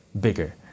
bigger